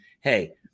Hey